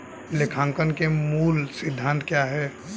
लेखांकन के मूल सिद्धांत क्या हैं?